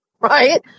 right